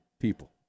people